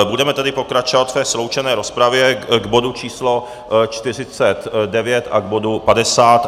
Budeme tedy pokračovat ve sloučené rozpravě k bodu číslo 49 a k bodu 50.